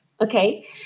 okay